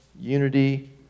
Unity